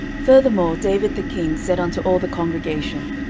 furthermore david the king said unto all the congregation,